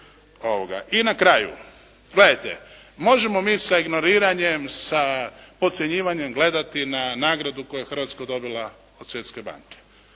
I na kraju gledajte, možemo mi sa ignoriranjem, sa podcjenjivanjem gledati na nagradu koju je Hrvatska dobila od Svjetske banke.